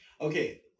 Okay